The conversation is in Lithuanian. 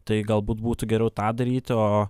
tai galbūt būtų geriau tą daryti o